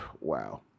wow